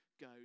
go